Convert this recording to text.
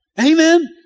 Amen